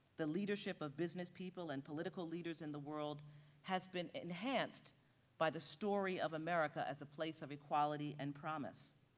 the leadership of business people and political leaders in the world has been enhanced by the story of america as a place of equality and promise,